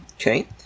Okay